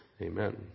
Amen